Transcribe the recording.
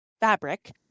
fabric